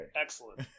Excellent